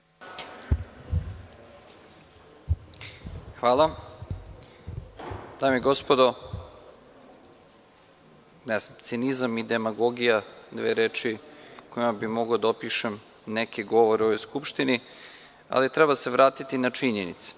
Dame i gospodo, ne znam, cinizam i demagogija dve reči kojima bi mogao da opišem neke govore u ovoj skupštini, ali, treba se vratiti na činjenice.